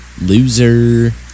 loser